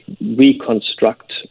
reconstruct